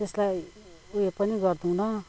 त्यसलाई उयो पनि गर्दैनौँ